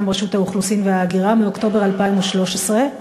רשות האוכלוסין וההגירה מאוקטובר 2013,